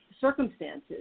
circumstances